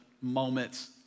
moments